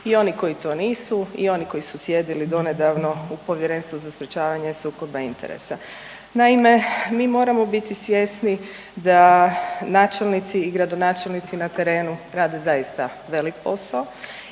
i oni koji to nisu i oni koji su sjedili donedavno u Povjerenstvu za sprječavanje sukoba interesa. Naime, mi moramo biti svjesni da načelnici i gradonačelnici na terenu rade zaista velik posao